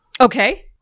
Okay